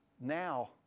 now